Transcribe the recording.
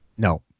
No